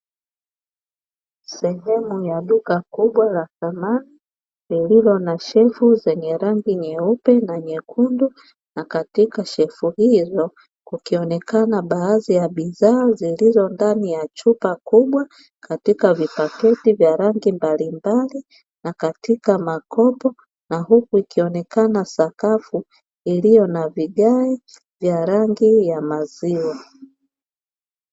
Sehemu ya duka kubwa la sanaa, lililo na shelfu zenye rangi nyeupe na nyekundu. Na katika shelfu hizo kukionekana baadhi ya bidhaa zilizo ndani ya chupa kubwa katika vipakiti vya rangi mbalimbali na katika makopo, na huku ikionekana sakafu iliyo na vigae vya rangi ya maziwa.